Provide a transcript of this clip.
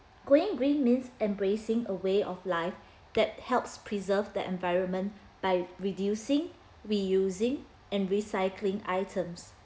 going green means embracing a way of life that helps preserve the environment by reducing reusing and recycling items